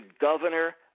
governor